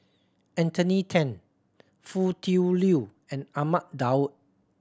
Anthony Then Foo Tui Liew and Ahmad Daud